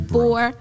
Four